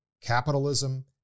capitalism